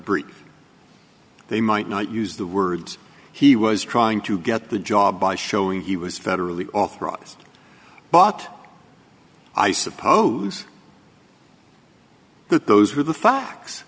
brief they might not use the words he was trying to get the job by showing he was federally authorized but i suppose that those were the facts